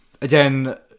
Again